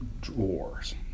drawers